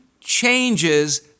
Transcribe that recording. changes